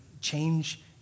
change